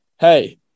Hey